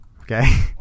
Okay